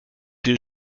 due